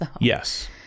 Yes